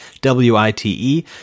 w-i-t-e